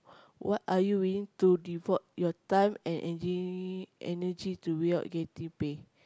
what are you willing to devote your time and energ~ energy without getting pay